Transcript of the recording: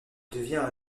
devient